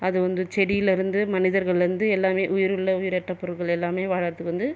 அது வந்து செடிலேருந்து மனிதர்கள்லேர்ந்து எல்லாமே உயிருள்ள உயிரற்ற பொருள்கள் எல்லாமே வாழ்கிறதுக்கு வந்து